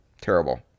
Terrible